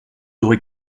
aurait